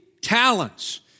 talents